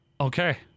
Okay